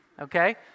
okay